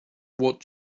what